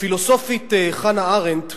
הפילוסופית חנה ארנדט